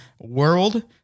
world